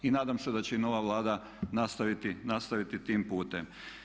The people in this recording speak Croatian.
I nadam se da će i nova Vlada nastaviti tim putem.